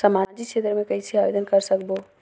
समाजिक क्षेत्र मे कइसे आवेदन कर सकबो?